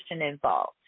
involved